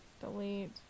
Delete